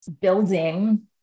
Building